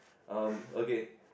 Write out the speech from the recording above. um okay